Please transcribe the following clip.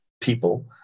people